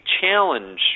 challenge